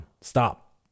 stop